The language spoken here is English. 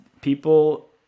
people